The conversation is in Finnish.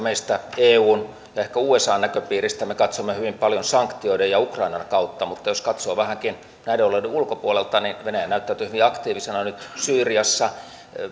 eun ja ehkä usan näköpiiristä me katsomme tätä hyvin paljon sanktioiden ja ukrainan kautta mutta jos katsoo vähänkin näiden alueiden ulkopuolelta niin venäjä näyttäytyy hyvin aktiivisena nyt syyriassa